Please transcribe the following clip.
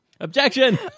Objection